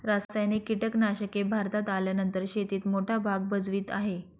रासायनिक कीटनाशके भारतात आल्यानंतर शेतीत मोठा भाग भजवीत आहे